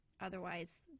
otherwise